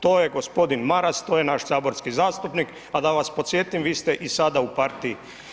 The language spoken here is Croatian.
To je gospodin Maras, to je naš saborski zastupnik, a da vas podsjetim vi ste i sada u partiji.